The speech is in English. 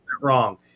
wrong